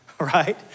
right